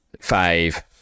five